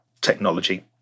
technology